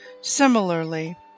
Similarly